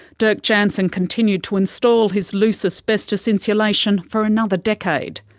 dirk jansen continued to install his loose asbestos insulation for another decade.